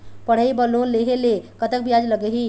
पढ़ई बर लोन लेहे ले कतक ब्याज लगही?